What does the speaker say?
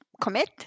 commit